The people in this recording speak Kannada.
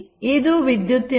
ಇದು ವಿದ್ಯುತ್ತಿನ ರೇಖೆ